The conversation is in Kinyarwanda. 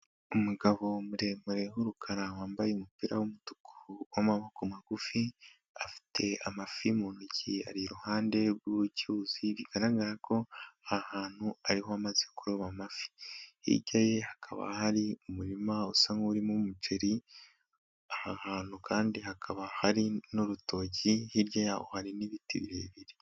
Umugabo muremure w'urukara wambaye umupira w'umutuku w'amaboko magufi, afite amafi mu ntoki ari iruhande rw'icyuzi, bigaragara ko aha hantu ariho amaze kuroba amafi, hijya ye hakaba hari umurima usa n'urimo umuceri, aha hantu kandi hakaba hari n'urutoki, hirya y'aho hari n'ibiti birebire.